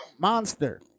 Monster